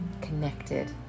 connected